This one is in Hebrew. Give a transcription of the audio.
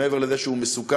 מעבר לזה שהוא מסוכן,